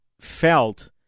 felt